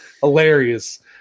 Hilarious